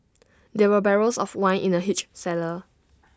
there were barrels of wine in the huge cellar